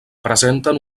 presenten